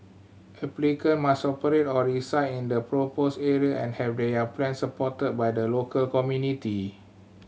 applicant must operate or reside in the proposed area and have their plans supported by the local community